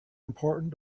important